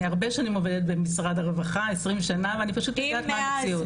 אני עובדת כבר 20 שנה במשרד הרווחה ואני פשוט יודעת מהי המציאות.